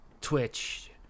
Twitch